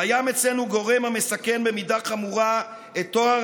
"קיים אצלנו גורם המסכן במידה חמורה את טוהר